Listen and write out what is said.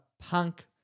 punk